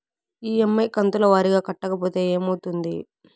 EMI కంతుల వారీగా కట్టకపోతే ఏమవుతుంది?